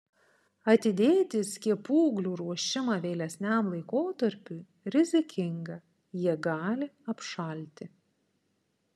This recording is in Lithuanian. atidėti skiepūglių ruošimą vėlesniam laikotarpiui rizikinga jie gali apšalti